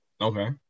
okay